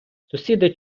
сусіди